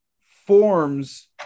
forms